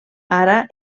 ara